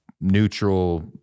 neutral